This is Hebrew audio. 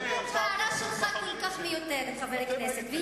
באמת, ההערה שלך כל כך מיותרת, חבר הכנסת.